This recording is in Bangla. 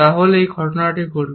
তাহলে এই ঘটনা ঘটবে